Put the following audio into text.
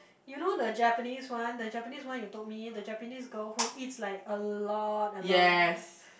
you know the Japanese one the Japanese one you told me the Japanese girl who eats like a lot a lot